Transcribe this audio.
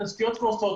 התשתיות קורסות,